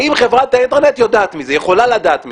האם חברת האינטרנט יודעת מזה, יכולה לדעת מזה?